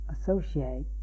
associate